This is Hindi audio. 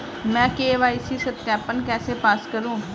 मैं के.वाई.सी सत्यापन कैसे पास करूँ?